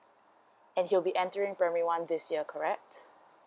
and he'll be entering primary one this year correct